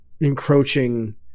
encroaching